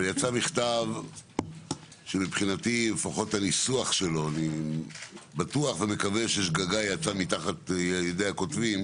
יצא מכתב שמבחינתי אני בטוח ומקווה ששגגה יצאה מתחת ידי הכותבים,